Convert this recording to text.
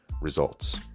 results